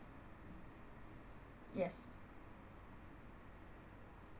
yes